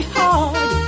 hard